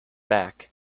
back